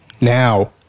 Now